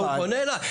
הוא פונה אליי.